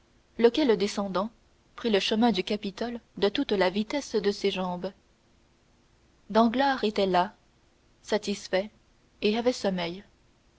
lequel descendant prit le chemin du capitole de toute la vitesse de ses jambes danglars était las satisfait et avait sommeil